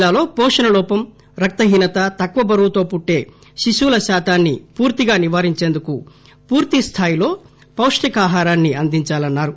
జిల్లాలో పోషణ లోపం రక్తహీనత తక్కువ బరువుతో పుట్లే శిశువుల శాతాన్ని పూర్తిగా నివారించేందుకు పూర్తిస్థాయిలో పొష్టికాహారం అందించాలన్నారు